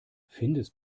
findest